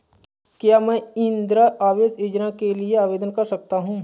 क्या मैं इंदिरा आवास योजना के लिए आवेदन कर सकता हूँ?